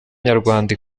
nyarwanda